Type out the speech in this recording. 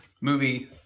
movie